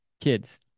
kids